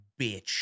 bitch